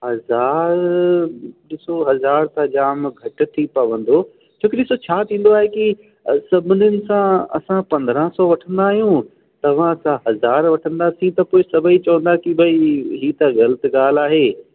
हज़ार ॾिसो हज़ार त जाम घटि थी पवंदो छो की ॾिसो छा थींदो आहे की सभिनिनि सां असां पंद्रहां सौ वठंदा आहियूं तव्हां सां हज़ार वठंदासीं त पोइ सभेई चवंदा की भाई ही त ग़लति ॻाल्हि आहे